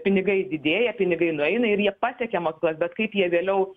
pinigai didėja pinigai nueina ir jie pasiekia mokyklas bet kaip jie vėliau